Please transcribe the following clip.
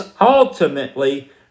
ultimately